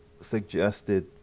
suggested